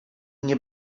nie